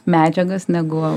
medžiagas negu